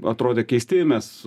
atrodė keisti nes